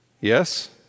Yes